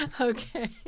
Okay